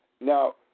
Now